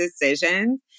decisions